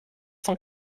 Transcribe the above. cent